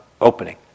opening